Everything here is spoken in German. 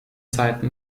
zeiten